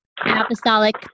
apostolic